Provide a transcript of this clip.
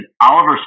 Oliver